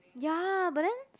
ya but then